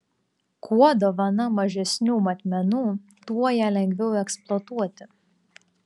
kuo dovana mažesnių matmenų tuo ją lengviau eksploatuoti